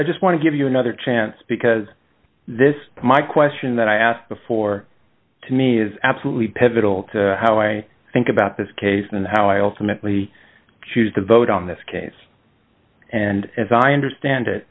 i just want to give you another chance because this my question that i asked before to me is absolutely pivotal to how i think about this case and how i ultimately choose to vote on this case and as i understand it